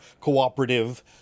cooperative